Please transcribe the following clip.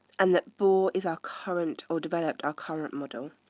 and that bohr is our current or developed our current model.